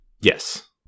yes